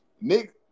Nick